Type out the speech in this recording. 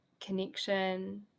Connection